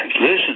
Listen